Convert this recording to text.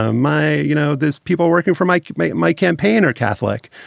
ah my. you know, this people working for my my my campaign are catholic.